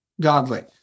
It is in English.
godly